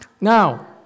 Now